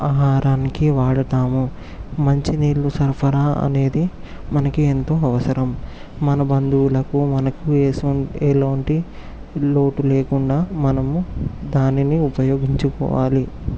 ఆహారానికి వాడుతాము మంచి నీళ్లు సరఫరా అనేది మనకి ఎంతో అవసరం మన బంధువులకు మనకు ఎసువం ఎలాంటి లోటు లేకుండా మనము దానిని ఉపయోగించుకోవాలి